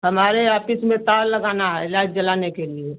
हमारे आफिस में तार लगाना है लाइट जलाने के लिए